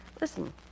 Listen